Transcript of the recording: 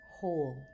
whole